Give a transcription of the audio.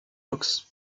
boxe